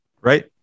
Right